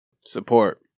Support